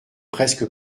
presque